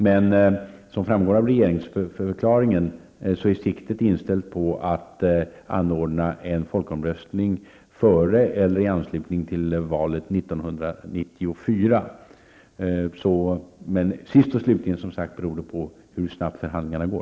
Men som framgår av regeringsförklaringen är siktet inställt på att man skall anordna en folkomröstning före eller i anslutning till valet 1994. Men sist och slutligen, som sagt, beror det på hur snabbt förhandlingarna går.